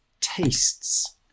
tastes